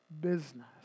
business